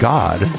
God